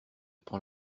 prend